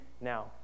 now